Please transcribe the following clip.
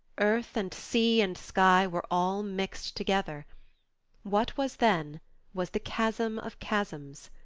earth and sea and sky were all mixed together what was then was the chasm of chasms.